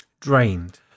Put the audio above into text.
drained